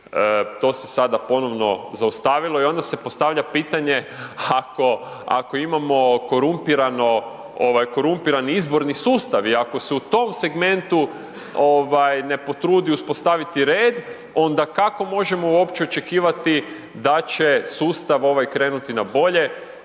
to se sada ponovno zaustavilo i onda se postavlja pitanje ako imamo korumpirani izborni sustav i ako se u tom segmentu ne potrudi uspostaviti red, onda kako možemo uopće očekivati da će sustav ovaj krenuti na bolje